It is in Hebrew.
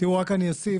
אני רק אוסיף,